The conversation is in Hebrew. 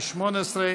התשע"ח 2018,